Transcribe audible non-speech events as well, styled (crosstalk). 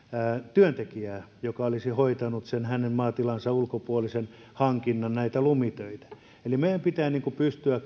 työntekijää joka olisi hoitanut sen hänen maatilansa ulkopuolisen hankinnan näitä lumitöitä eli meidän pitää pystyä (unintelligible)